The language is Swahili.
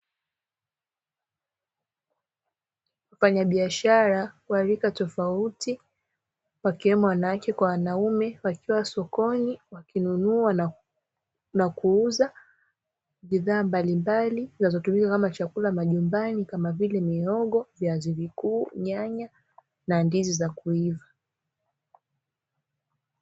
Wafanyabiashara wa rika tofauti, wakiwemo wanawake kwa wanaume, wakiwa sokoni wakinunua na kuuza bidhaa mbalimbali zinazotumika kama chakula majumbani, kama vile mihogo, viazi vikuu, nyanya, na ndizi za kuiva.